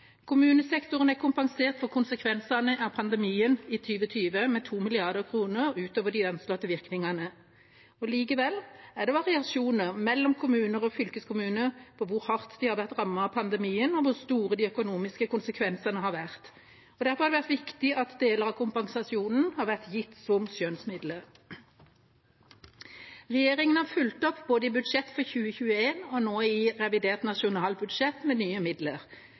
Kommunesektoren er kompensert for konsekvensene av pandemien i 2020 med 2 mrd. kr utover de anslåtte virkningene. Likevel er det variasjoner mellom kommuner og fylkeskommuner i hvor hardt de har vært rammet av pandemien, og hvor store de økonomiske konsekvensene har vært. Derfor har det vært viktig at deler av kompensasjonen har vært gitt som skjønnsmidler. Regjeringa har fulgt opp både i budsjettet for 2021 og nå i revidert nasjonalbudsjett med nye midler,